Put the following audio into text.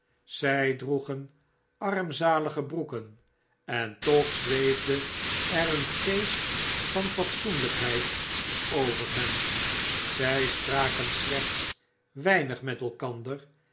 zy droegen armzalige broeken en toch zweefde er een geest van fatsoenlpheid over hen zg spraken slechts weinig met elkander